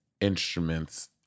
instruments